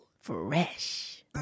Fresh